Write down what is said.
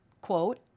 quote